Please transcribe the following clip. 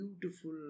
beautiful